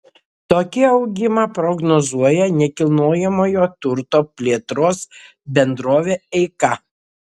tokį augimą prognozuoja nekilnojamojo turto plėtros bendrovė eika